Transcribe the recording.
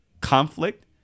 conflict